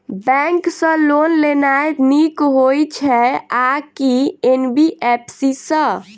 Bank सँ loan लेनाय नीक होइ छै आ की एन.बी.एफ.सी सँ?